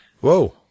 Whoa